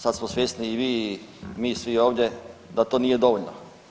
Sada smo svjesni i vi i mi svi ovdje da to nije dovoljno.